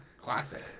classic